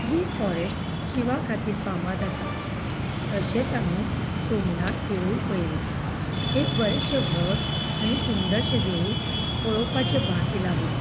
Gir forest शिवां खातीर फामाद आसा तशेंच आमी सोमनाथ देवूळ पयलें एक बरेशें व्हड आनी सुंदरशें देवूळ पळोवपाचें भाग्य लाबलें